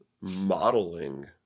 modeling